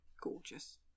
Gorgeous